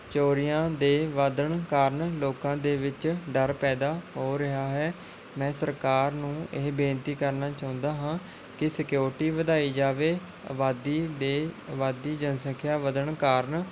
ਚੋਰੀਆਂ ਦੇ ਵੱਧਣ ਕਾਰਨ ਲੋਕਾਂ ਦੇ ਵਿੱਚ ਡਰ ਪੈਦਾ ਹੋ ਰਿਹਾ ਹੈ ਮੈਂ ਸਰਕਾਰ ਨੂੰ ਇਹ ਬੇਨਤੀ ਕਰਨਾ ਚਾਹੁੰਦਾ ਹਾਂ ਕਿ ਸਿਕਿਉਰਟੀ ਵਧਾਈ ਜਾਵੇ ਆਬਾਦੀ ਦੇ ਆਬਾਦੀ ਜਨਸੰਖਿਆ ਵੱਧਣ ਕਾਰਨ